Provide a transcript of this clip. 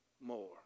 more